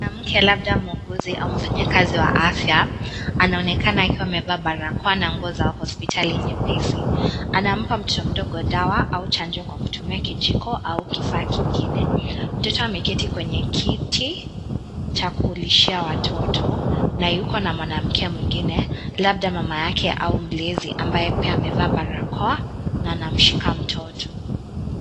Mwanamke, labda mhuguzi ama mfanyikazi wa afya anaonekana akiwa amevaa barakoa na nguo za hospitali nyepesi. Anampa mtoto mdogo dawa au chanjo kwa kutumia kijiko au kifaa kingine. Mtoto ameketi kwenye kiti cha kulishia watoto na Yuko na mwanamke mwingine labda mama yake au mlezi ambaye pia yeye amevaa barakoa na anamshika mtoto.